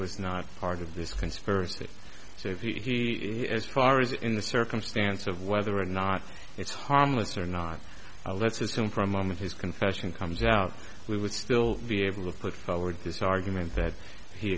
was not part of this conspiracy if he as far as in the circumstance of whether or not it's harmless or not let's assume for a moment his confession comes out we would still be able to put forward this argument that he